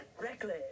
reckless